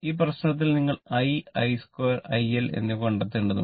ഈ പ്രശ്നത്തിൽ നിങ്ങൾ I I 2 IL എന്നിവ കണ്ടെത്തേണ്ടതുണ്ട്